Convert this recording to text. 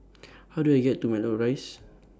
How Do I get to Matlock Rise